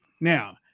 Now